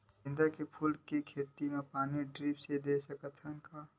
गेंदा फूल के खेती पानी ड्रिप से दे सकथ का?